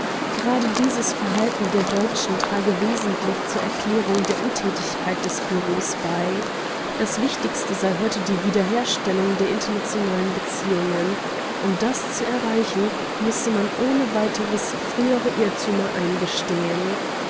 gerade dieses verhalten der deutschen trage wesentlich zur erklärung der untätigkeit des bureaus bei das wichtigste sei heute die wiederherstellung der internationalen beziehungen um das zu erreichen müsse man ohne weiteres frühere irrtümer eingestehen